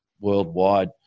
worldwide